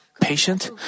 patient